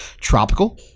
tropical